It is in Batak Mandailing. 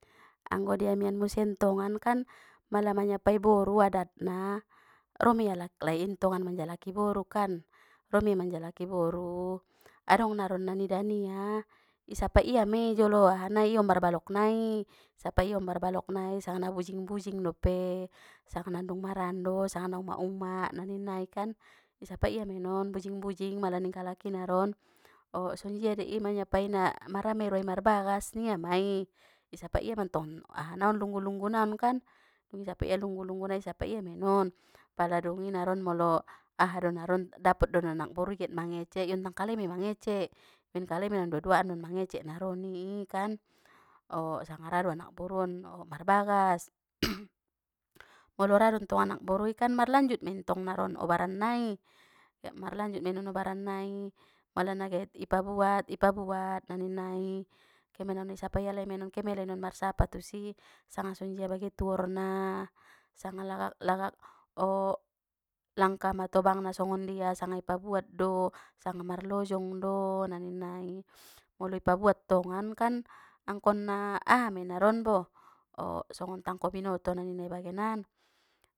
Anggo di amian museng tongan kan, mala manyapai boru adatna ro mei alaklai tongan kan manjalaki boru, ro mei manjalaki boru, adong naron nanida nia, i sapai ia mei jolo aha nai ombar balok nai, i sapai ia ombar balok nai sanga na bujing bujing dope, sanga nadung marando, sanga na umak umak na ninna i kan, i sapai ia mei non bujing bujing mala ning kalaki naron, o sonjia dei i manyapaina ma ra mei roa marrbagas ningia mai, i sapai ia mantong aha naon lunggu lunggu naonkan, dung isapai ai lunggu lunggu nai isapai ia me non, pala dungi naron molo, aha do naron dapot do anak borui get mangecek iontang kalai me mangecek, baen kalai mei non dua duan mangecek naron ni i kan, o sanga ra do anak boru on marbagas, molo ra dontong anak borui kan marlanjut mei tong naron obaran nai, get mar lanjut mei non obaran nai, mala na get i pabuat, i pabuat na ninna i, kemaninon i sapai alai meninon ke malai non mar sapa tu si, sanga songonjia bagen tuorna, sanga laga- lagak langka matobang na songondia sanga i pabuat do, sanga marlojong do, na ninna i, molo i pabuat tongan kan angkon na aha me naron bo, o songon tangko binoto na ninna i bagenan.